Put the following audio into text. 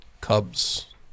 Cubs